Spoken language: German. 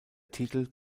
titel